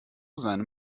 seinem